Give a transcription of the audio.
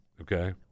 Okay